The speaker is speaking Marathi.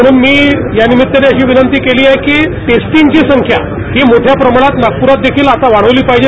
म्हणून मी यानिमिताने अशी विनंती केली की टेस्टिंगची संख्या ही मोठ्या प्रमाणात नागप्रात देखील आता वाढवली पाहिजे